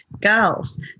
girls